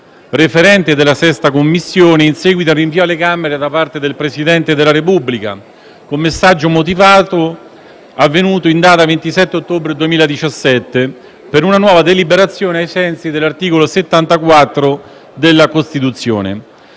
referente dalla 6a Commissione, in seguito al rinvio alle Camere da parte del Presidente della Repubblica con messaggio motivato, avvenuto in data 27 ottobre 2017, per una nuova deliberazione ai sensi dell'articolo 74 della Costituzione.